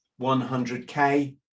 100k